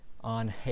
on